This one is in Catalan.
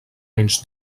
anys